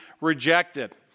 rejected